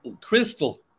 crystal